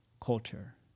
culture